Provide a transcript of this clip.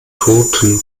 toten